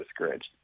discouraged